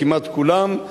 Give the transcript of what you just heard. כמעט כולם,